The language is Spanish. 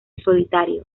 solitario